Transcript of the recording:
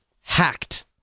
hacked